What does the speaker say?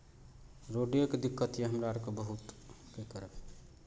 रोडेके दिक्कत यए हमरा आरकेँ बहुत की करब